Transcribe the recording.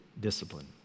discipline